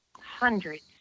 hundreds